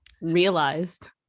realized